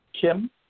Kim